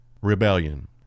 rebellion